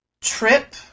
trip